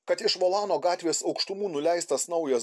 kad iš volano gatvės aukštumų nuleistas naujas